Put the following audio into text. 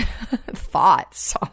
thoughts